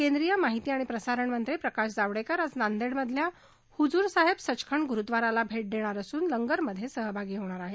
केंद्रीय माहिती आणि प्रसारणमंत्री प्रकाश जावडेकर आज नांदेडमधल्या हुजूरसाहेब सचखंड गुरुद्वाराला भे देणार असून लंगरमधे सहभागी होणार आहेत